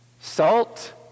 Salt